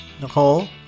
Nicole